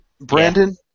Brandon